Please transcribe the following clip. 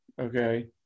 okay